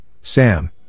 Sam